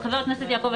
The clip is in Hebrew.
חבר הכנסת יעקב אשר,